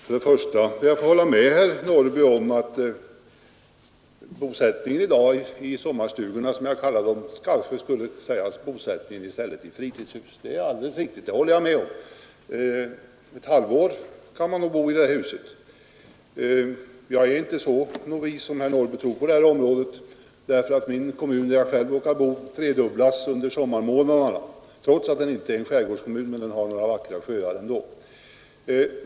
Fru talman! Jag håller med herr Norrby i Åkersberga om att det jag kallar bosättning i sommarstugor kanske i stället skulle kallas bosättning i fritidshus — ett halvår kan man nog bo i det huset. Jag är inte en sådan novis på dessa områden som herr Norrby tror. Invånarantalet i den kommun där jag själv bor tredubblas under sommarmånaderna trots att den inte är en skärgårdskommun, men den har några vackra sjöar.